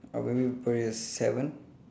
uh probably probabaly a seven